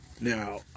Now